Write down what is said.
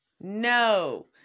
No